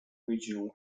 regional